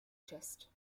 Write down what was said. chest